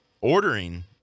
ordering